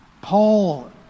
Paul